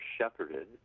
shepherded